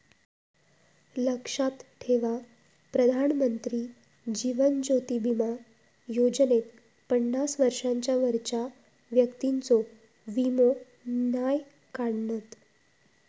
लक्षात ठेवा प्रधानमंत्री जीवन ज्योति बीमा योजनेत पन्नास वर्षांच्या वरच्या व्यक्तिंचो वीमो नाय काढणत